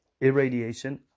irradiation